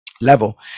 level